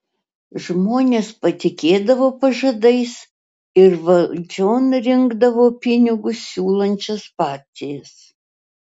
žmonės patikėdavo pažadais ir valdžion rinkdavo pinigus siūlančias partijas